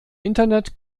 internet